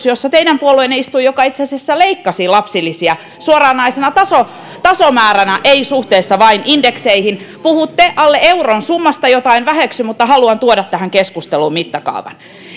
jossa teidän puolueenne istui joka itse asiassa leikkasi lapsilisiä suoranaisena tasomääränä ei vain suhteessa indekseihin puhutte alle euron summasta jota en väheksy mutta haluan tuoda tähän keskusteluun mittakaavan